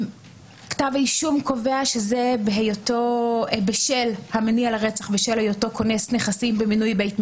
כתב האישום קובע שהמניע לרצח בשל היותו כונס נכסים במינוי בית משפט.